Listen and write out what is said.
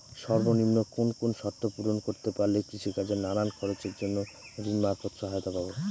সর্বনিম্ন কোন কোন শর্ত পূরণ করতে পারলে কৃষিকাজের নানান খরচের জন্য ঋণ মারফত সহায়তা পাব?